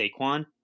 Saquon